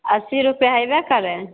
अस्सी रुपए हैबे करए